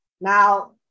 Now